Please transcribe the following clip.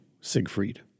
Siegfried